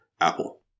Apple